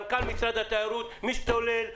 מנכ"ל משרד התיירות משתולל,